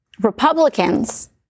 Republicans